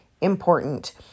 important